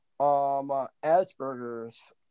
Asperger's